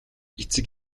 эцэг